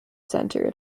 centred